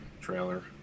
trailer